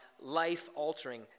life-altering